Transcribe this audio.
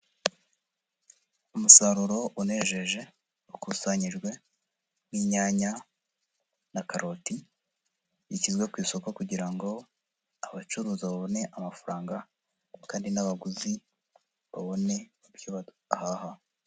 Umusaruro unejeje wakusanyijwe w'inyanya na karoti, zishyizwe ku isoko kugira ngo abacuruzi babone amafaranga, kandi n'abaguzi babone ibyo bahaha.